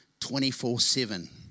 24-7